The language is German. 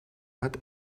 hat